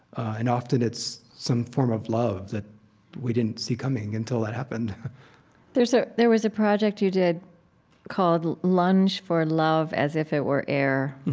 and often it's some form of love that we didn't see coming until that happened there's a there was a project you did called lunge for love as if it were air,